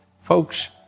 Folks